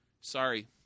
Sorry